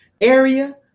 area